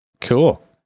Cool